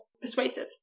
persuasive